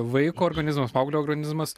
vaiko organizmas paauglio organizmas